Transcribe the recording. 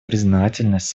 признательность